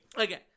Okay